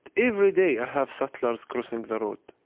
every day i have settlers crossing the road.